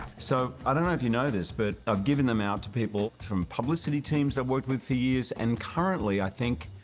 so i don't know if you know this, but i've given them out to people from publicity teams that worked with for years. and currently, i think,